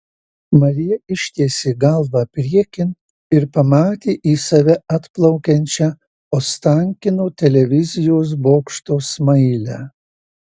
marija ištiesė galvą priekin ir pamatė į save atplaukiančią ostankino televizijos bokšto smailę